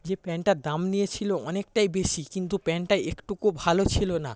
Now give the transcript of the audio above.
যে প্যান্টটার দাম নিয়েছিল অনেকটাই বেশি কিন্তু প্যান্টটা একটুকুও ভালো ছিল না